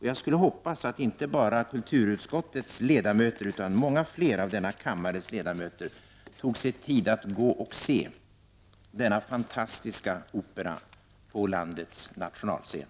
Jag hoppas att inte bara kulturutskottets ledamöter utan många fler av denna kammares ledamöter tog sig tid att gå och se denna fantastiska opera på landets nationalscen.